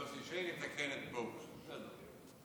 יוסי שיין יתקן את פרוש, בסדר.